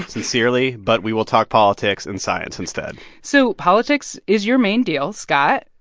sincerely but we will talk politics and science instead so politics is your main deal, scott.